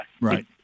Right